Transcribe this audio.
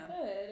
Good